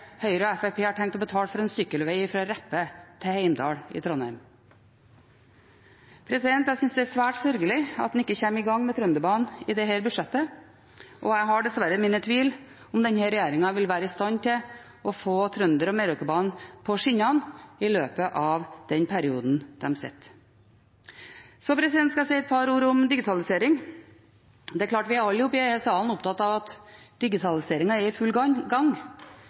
Høyre og Fremskrittspartiet har tenkt å betale for en sykkelveg fra Reppe til Heimdal i Trondheim. Jeg synes det er svært sørgelig at man ikke kommer i gang med Trønderbanen i dette budsjettet. Jeg har dessverre mine tvil om hvorvidt denne regjeringen vil være i stand til å få Trønderbanen og Meråkerbanen på skinner i løpet av den perioden den sitter. Så skal jeg si et par ord om digitalisering. Det er klart at alle vi i salen er opptatt av at digitaliseringen er i full gang.